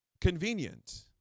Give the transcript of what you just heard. convenient